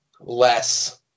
less